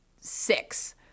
six